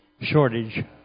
shortage